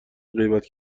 غیبت